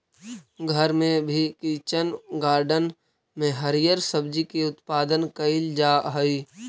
घर में भी किचन गार्डन में हरिअर सब्जी के उत्पादन कैइल जा हई